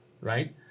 right